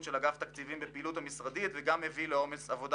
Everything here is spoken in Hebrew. של אגף תקציבים בפעילות המשרדים ומביא לעומס עבודה